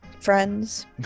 friends